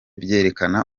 byerekana